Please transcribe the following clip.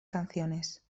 canciones